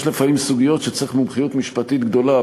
יש לפעמים סוגיות שצריך מומחיות משפטית גדולה,